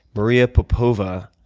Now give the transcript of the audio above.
maria popova,